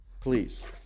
Please